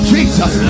Jesus